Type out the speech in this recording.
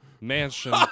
mansion